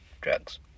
Drugs